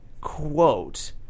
quote